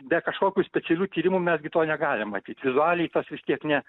be kažkokių specialių tyrimų mes gi to negalim matyt vizualiai tas vis tiek ne